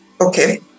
Okay